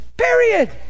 period